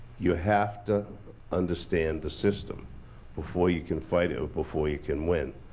you have to understand the system before you can fight it, before you can win.